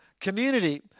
community